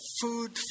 food